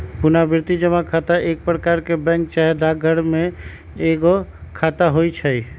पुरनावृति जमा खता एक प्रकार के बैंक चाहे डाकघर में एगो खता होइ छइ